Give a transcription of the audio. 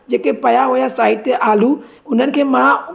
जेके पया हुआ साइड ते आलू हुननि खे मां